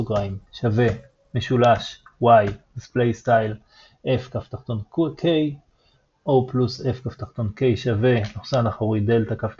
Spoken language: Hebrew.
= Δ y \displaystyle F_{k\oplus F_ k=\Delta _ y}